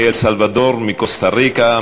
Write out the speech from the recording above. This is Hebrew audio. מאל-סלבדור ומקוסטה-ריקה,